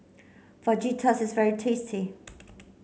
fajitas is very tasty